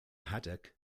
haddock